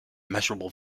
measurable